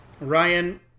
Ryan